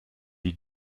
les